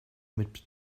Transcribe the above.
mit